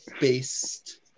based